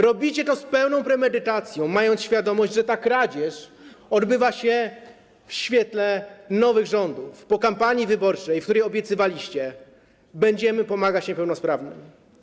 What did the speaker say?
Robicie to z pełną premedytacją, mając świadomość, że ta kradzież odbywa się w czasach nowych rządów, po kampanii wyborczej, w której obiecywaliście: będziemy pomagać niepełnosprawnym.